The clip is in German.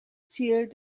ziel